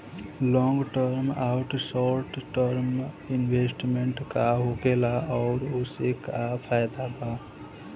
Long term आउर short term investment का होखेला और ओसे का फायदा बा?